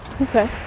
okay